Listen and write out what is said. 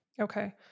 Okay